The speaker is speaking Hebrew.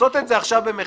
לעשות את זה עכשיו במחטף,